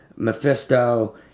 Mephisto